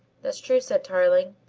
that's true, said tarling.